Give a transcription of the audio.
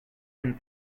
been